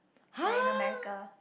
like in America